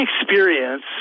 experience